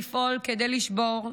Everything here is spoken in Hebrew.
לפעול כדי לשבור,